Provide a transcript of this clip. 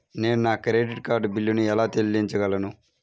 నేను నా credit card బిల్లును ఎలా చెల్లించగలను?